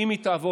אם היא תעבור,